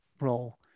role